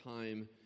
time